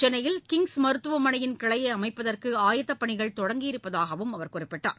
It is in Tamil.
சென்னையில் கிங்ஸ் மருத்துவமனையின் கிளையை அமைப்பதற்கு ஆயத்தப்பணிகள் தொடங்கியிருப்பதாகவும் அவர் கூறினார்